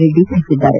ರೆಡ್ಡಿ ತಿಳಿಸಿದ್ದಾರೆ